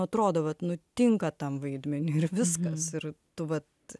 atrodo vat nu tinka tam vaidmeniui ir viskas ir tu vat